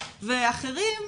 ואחרים,